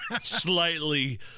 slightly